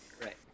right